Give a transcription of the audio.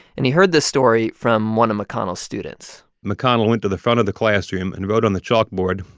and he heard this story from one of mcconnell's students mcconnell went to the front of the classroom and wrote on the chalkboard,